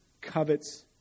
covets